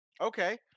Okay